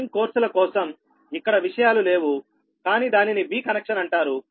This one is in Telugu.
మెషింగ్ కోర్సుల కోసం ఇక్కడ విషయాలు లేవు కానీ దానిని V కనెక్షన్ అంటారు